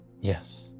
Yes